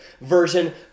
version